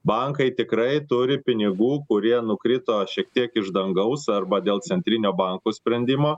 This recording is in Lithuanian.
bankai tikrai turi pinigų kurie nukrito šiek tiek iš dangaus arba dėl centrinio banko sprendimo